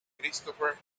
christopher